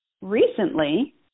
recently